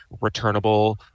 returnable